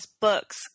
books